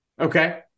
okay